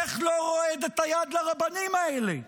איך לא רועדת היד לרבנים האלה,